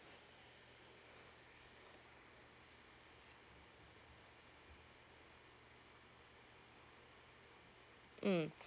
mm